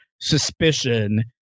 suspicion